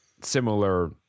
Similar